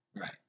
Right